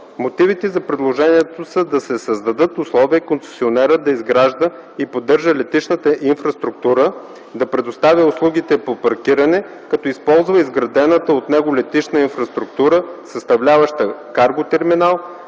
Мотивите за предложението са да се създадат условия концесионерът да изгражда и поддържа летищната инфраструктура; да предоставя услугите по паркиране, като използва изградената от него летищна инфраструктура, съставляваща карго терминал;